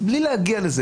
בלי להגיע לזה,